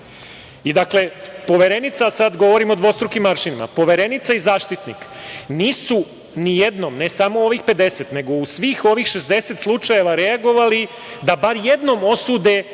Poverenica, sad govorim o dvostrukim aršinima, Poverenica i Zaštitnik nisu ni jednom, ne samo ovih 50, nego u svih ovih 60 slučajeva reagovali da bar jednom osude